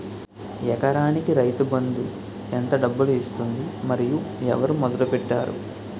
ఎకరానికి రైతు బందు ఎంత డబ్బులు ఇస్తుంది? మరియు ఎవరు మొదల పెట్టారు?